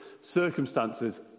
circumstances